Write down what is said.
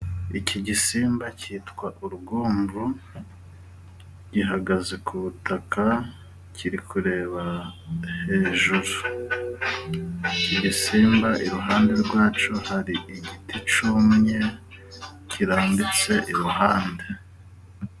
Iki gisimba cyitwa urwumvu, gihagaze ku butaka, kiri kureba hejuru. Igisimba iruhande rwacyo hari igiti cyumye kirambitse iruhande.